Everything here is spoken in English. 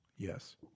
Yes